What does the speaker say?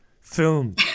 film